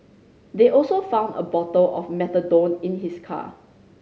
they also found a bottle of methadone in his car